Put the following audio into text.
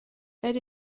elle